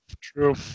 True